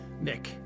Nick